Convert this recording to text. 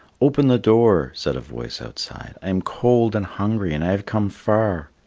open the door, said a voice outside i am cold and hungry and i have come far.